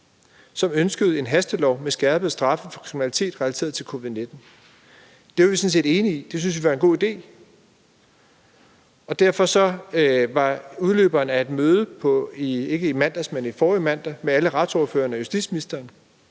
som ønskede en hastelov med skærpede straffe for kriminalitet relateret til covid-19. Det var vi sådan set enige i, for det syntes vi var en god idé, og derfor var udløberen af et møde forrige mandag med alle retsordførerne og justitsministeren,